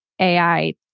AI